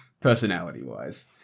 personality-wise